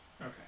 Okay